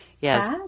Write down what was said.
Yes